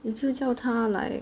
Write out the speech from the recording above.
你就叫他来